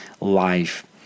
life